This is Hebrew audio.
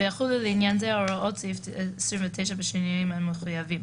ויחולו לעניין זה הוראות סעיף 29 בשינויים המחויבים,